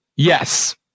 Yes